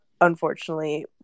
unfortunately